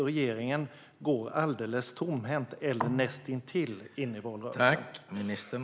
Regeringen går alldeles tomhänt, eller näst intill, in i valrörelsen.